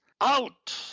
out